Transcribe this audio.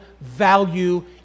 value